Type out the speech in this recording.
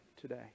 today